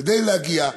כדי להגיע,